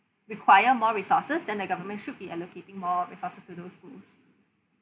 require more resources than the government should be allocating more resources to those schools